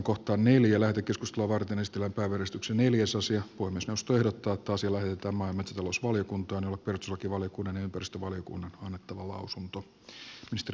puhemiesneuvosto ehdottaa että asia lähetetään maa ja kunnostustyö tuottaa sille että maa metsätalousvaliokuntaan jolle perustuslakivaliokunnan ja ympäristövaliokunnan on annettava lausunto